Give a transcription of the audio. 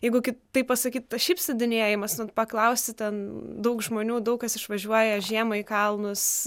jeigu kitaip pasakyti tas šiaip slidinėjimas nu paklausi ten daug žmonių daug kas išvažiuoja žiemą į kalnus